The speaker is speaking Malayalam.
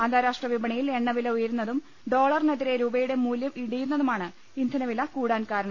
അന്താരാഷ്ട്ര വിപണിയിൽ എണ്ണവില ഉയ രുന്നതും ഡോളറിനെതിരെ രൂപയുടെ മൂല്യം ഇടിയു ന്നതുമാണ് ഇന്ധനവില കൂടാൻ കാരണം